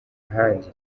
ahandi